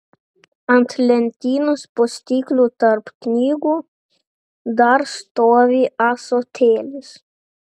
ant lentynos po stiklu tarp knygų dar stovi ąsotėlis